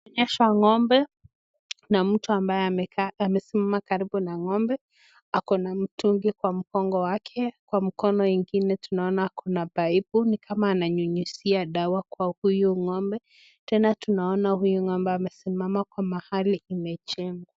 Inaonyesha ngombe na mtu ambaye amesimama karibu na ngombe, akona na mtungi kwa mgongo wake kwa mkono ingine tunaona Ako na paipu tunaona ananyunyizia dawa kwa huyu ngombe, Tena tunaona huyu ngombe Ako mahali ime